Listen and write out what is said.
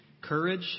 courage